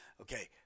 Okay